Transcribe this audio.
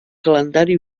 calendari